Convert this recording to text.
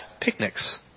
picnics